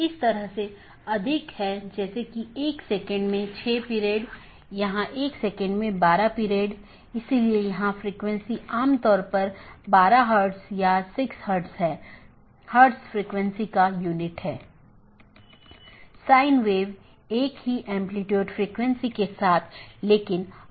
इस प्रकार हमारे पास आंतरिक पड़ोसी या IBGP है जो ऑटॉनमस सिस्टमों के भीतर BGP सपीकरों की एक जोड़ी है और दूसरा हमारे पास बाहरी पड़ोसीयों या EBGP कि एक जोड़ी है